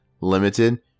limited